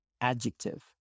adjective